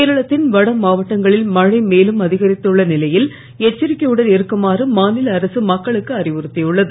கேரளத்தன் வட மாவட்டங்களில் மழை மேலும் அதிகரித்துள்ள நிலையில் எச்சரிக்கையுடன் இருக்குமாறு மாநில அரசு மக்களுக்கு அறிவுறுத்தியுள்ளது